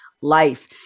life